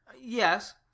Yes